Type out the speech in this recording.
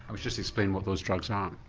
um just explain what those drugs um